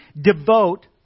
devote